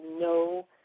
no